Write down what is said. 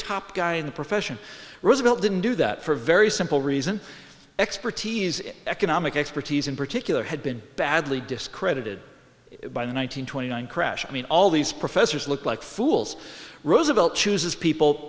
top guy in the profession roosevelt didn't do that for a very simple reason expertise in economic expertise in particular had been badly discredited by the one nine hundred twenty nine crash i mean all these professors look like fools roosevelt chooses people